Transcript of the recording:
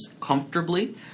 comfortably